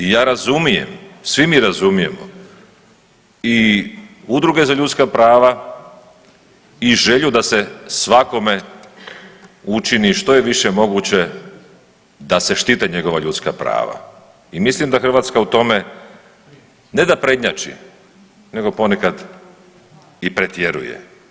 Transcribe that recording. I ja razumijem, svi mi razumijemo i udruge za ljudska prava i želju da se svakome učinit što je više moguće da se štite njegova ljudska prava i mislim da Hrvatska u tome ne da prednjači, nego ponekad i pretjeruje.